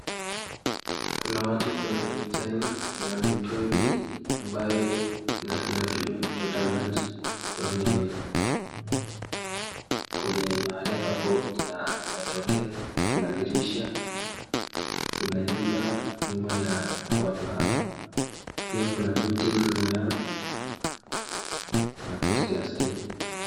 Kuna watu kwenye picha hii, kuna mitungi ambayo na inatumiwa kuchota maji kwenye mahali ambapo inatokea, kuna dirisha, kuna nyumba nyuma ya watu hao pia kuna miti nyuma yao na posti ya stima.